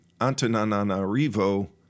Antananarivo